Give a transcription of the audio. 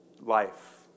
life